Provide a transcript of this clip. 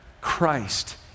Christ